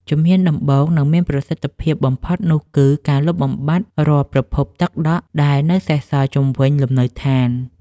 ជំហានដំបូង និងមានប្រសិទ្ធភាពបំផុតនោះគឺការលុបបំបាត់រាល់ប្រភពទឹកដក់ដែលនៅសេសសល់ជុំវិញលំនៅដ្ឋាន។